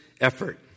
effort